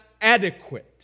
adequate